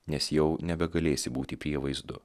nes jau nebegalėsi būti prievaizdu